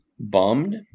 bummed